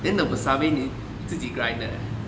then the wasabi 你自己 grind 的